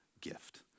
gift